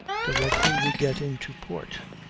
directly we get into port,